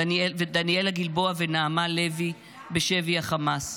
דניאלה גלבוע ונעמה לוי בשבי החמאס,